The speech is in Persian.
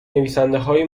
نویسندههای